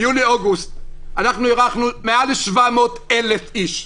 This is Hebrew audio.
ביולי-אוגוסט אירחנו מעל 700,000 איש.